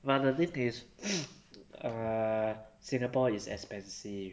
but the thing is singapore is expensive